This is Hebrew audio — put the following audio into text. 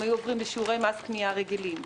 היו עוברים לשיעורי מס קנייה רגילים.